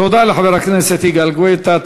תודה לחבר הכנסת יגאל גואטה.